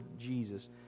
Jesus